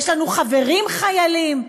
יש לנו חברים חיילים.